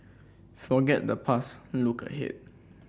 forget the past look ahead